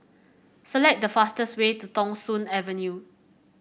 select the fastest way to Thong Soon Avenue